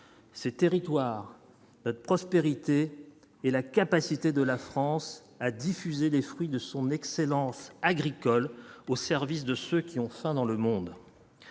ces territoires prospérité et la capacité de la France à diffuser les fruits de son excellence agricole au service de ceux qui ont faim dans le monde,